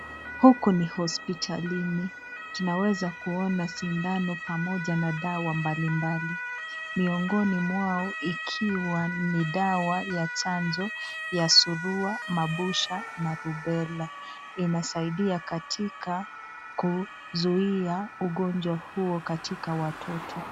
Huku ni hospitalini, tunaweza kuona sindano pamoja na dawa mbali mbali, miongoni mwao ikiwa ni dawa ya chanjo ya surua mabusha na rubella. Inasaidia katika kuzuia ugonjwa huo katika watoto.